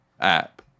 app